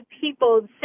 people